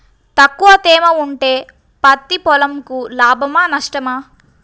తక్కువ తేమ ఉంటే పత్తి పొలంకు లాభమా? నష్టమా?